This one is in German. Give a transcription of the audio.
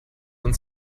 uns